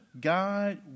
God